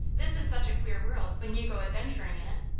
this is such a queer world, when you go adventuring in it.